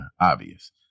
obvious